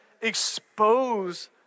expose